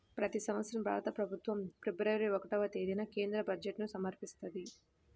ప్రతి సంవత్సరం భారత ప్రభుత్వం ఫిబ్రవరి ఒకటవ తేదీన కేంద్ర బడ్జెట్ను సమర్పిస్తది